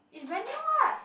it's brand new what